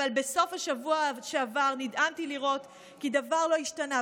אבל בסוף השבוע שעבר נדהמתי לראות כי דבר לא השתנה,